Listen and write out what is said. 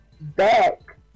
back